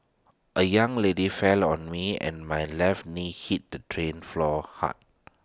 A young lady fell on me and my left knee hit the train floor hard